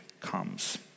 comes